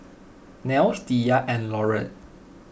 Nels Diya and Laurette